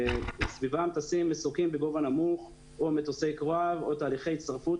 סביבם טסים מסוקים בגובה נמוך או מטוסי קרב או תהליכי הצטרפות,